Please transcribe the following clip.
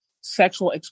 sexual